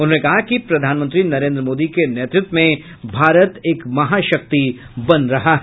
उन्होंने कहा कि प्रधानमंत्री नरेन्द्र मोदी के नेतृत्व में भारत एक महाशक्ति बन रहा है